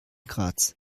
graz